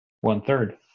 one-third